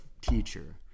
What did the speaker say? teacher